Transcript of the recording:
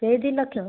ସେଇ ଦୁଇ ଲକ୍ଷ